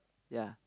ya